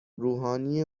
روحانی